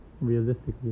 realistically